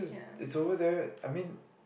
yeah